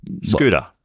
scooter